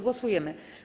Głosujemy.